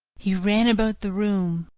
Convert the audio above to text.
he ran about the room,